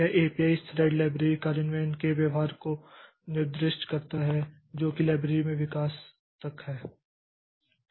यह एपीआई इस thread library कार्यान्वयन के व्यवहार को निर्दिष्ट करता है जो कि लाइब्रेरी के विकास तक है